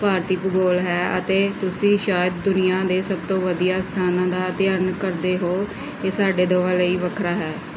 ਭਾਰਤੀ ਭੂਗੋਲ ਹੈ ਅਤੇ ਤੁਸੀਂ ਸ਼ਾਇਦ ਦੁਨੀਆ ਦੇ ਸਭ ਤੋਂ ਵਧੀਆ ਸਥਾਨਾਂ ਦਾ ਅਧਿਐਨ ਕਰਦੇ ਹੋ ਇਹ ਸਾਡੇ ਦੋਵਾਂ ਲਈ ਵੱਖਰਾ ਹੈ